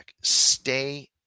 Stay